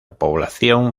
población